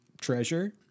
treasure